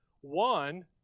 One